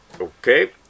okay